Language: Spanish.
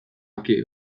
aquí